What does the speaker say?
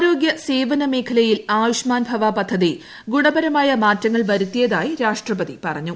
ആരോഗ്യ സേവന മേഖലയിൽ ആയുഷ്മാൻ ഭവ പദ്ധതി ഗുണപരമായ മാറ്റങ്ങൾ വരുത്തിയതായി രാഷ്ട്രപതി പറഞ്ഞു